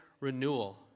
renewal